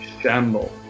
Shamble